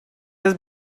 has